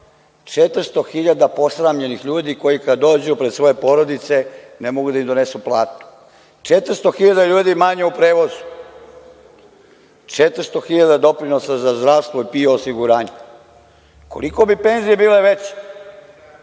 hiljada posramljenih ljudi koji kada dođu pred svoje porodice ne mogu da im donesu platu, 400 hiljada ljudi manje u prevozu, 400 hiljada doprinosa za zdravstvo i PIO osiguranje. Koliko bi penzije bile veće